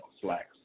slacks